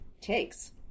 takes